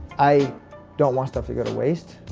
i don't want stuff to go to waste.